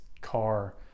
car